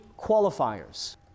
qualifiers